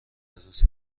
روز